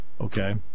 Okay